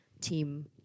team